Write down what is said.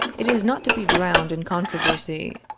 it is not to be drowned in controversy.